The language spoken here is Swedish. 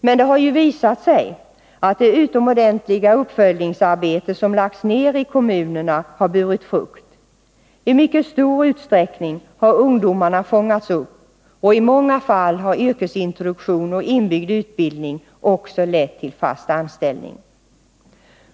Men det har visat sig att det utomordentliga uppföljningsarbete som lagts ned i kommunerna har burit frukt. I mycket stor utsträckning har ungdomarna fångats upp, och i många fall har yrkesintroduktion och inbyggd utbildning också lett till fast anställning.